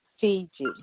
Fiji